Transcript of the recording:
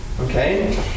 Okay